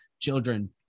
Children